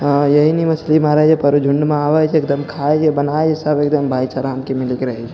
हाँ यहीनी मछली मारै पड़ै झुण्डमे आबै छै एकदम खाइ छै बनाइ छै सब एकदम भाइचारामे मिलिकऽ रहै छै